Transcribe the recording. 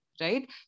Right